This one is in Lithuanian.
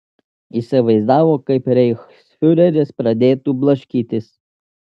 įsivaizdavo kaip reichsfiureris pradėtų blaškytis